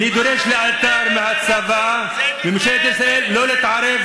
אני דורש לאלתר מהצבא, אלו דברי הבל.